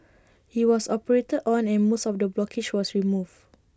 he was operated on and most of the blockage was removed